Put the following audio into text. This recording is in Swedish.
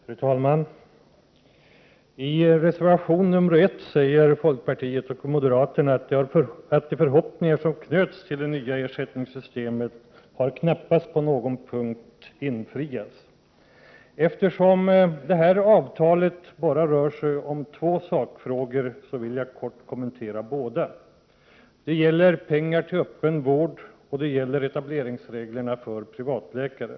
Fru talman! I reservation 1 säger folkpartiet och moderaterna att de förhoppningar som knöts till det nya ersättningssystemet knappast på någon punkt har infriats. Eftersom avtalet rör sig om endast två sakfrågor vill jag kort kommentera båda. Det gäller pengar till öppen vård och det gäller etableringsreglerna för privatläkare.